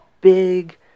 big